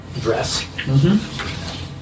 dress